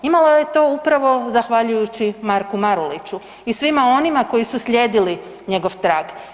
Imala je to upravo zahvaljujući Marku Marulići i svima onima koji su slijedili njego trag.